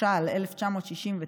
התש"ל 1969,